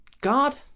God